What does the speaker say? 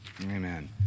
Amen